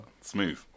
Smooth